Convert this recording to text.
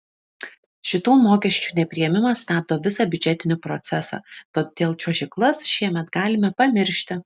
šitų mokesčių nepriėmimas stabdo visą biudžetinį procesą todėl čiuožyklas šiemet galime pamiršti